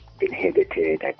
inhibited